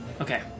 Okay